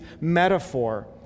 metaphor